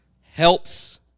helps